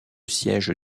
siège